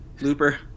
Looper